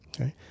okay